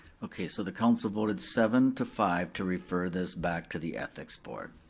okay, so the councnil voted seven to five to refer this back to the ethics board.